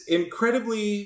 incredibly